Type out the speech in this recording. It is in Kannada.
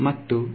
ವಿದ್ಯಾರ್ಥಿ g 1